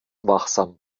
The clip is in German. wachsam